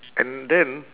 and then